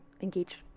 engage